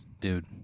dude